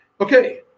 okay